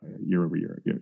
year-over-year